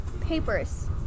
papers